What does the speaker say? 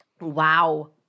Wow